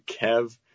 kev